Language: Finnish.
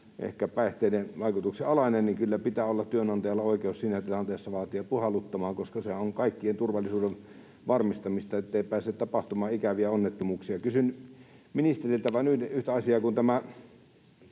ehkä päihteiden vaikutuksen alainen, pitää työnantajalla olla oikeus vaatia puhalluttamista, koska sehän on kaikkien turvallisuuden varmistamista, ettei pääse tapahtumaan ikäviä onnettomuuksia. Kysyn ministeriltä vain yhtä asiaa: Tälle